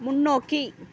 முன்னோக்கி